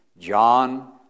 John